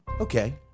Okay